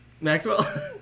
Maxwell